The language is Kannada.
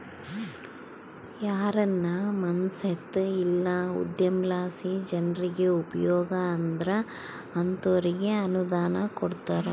ಯಾರಾನ ಮನ್ಸೇತ ಇಲ್ಲ ಉದ್ಯಮಲಾಸಿ ಜನ್ರಿಗೆ ಉಪಯೋಗ ಆದ್ರ ಅಂತೋರ್ಗೆ ಅನುದಾನ ಕೊಡ್ತಾರ